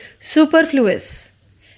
superfluous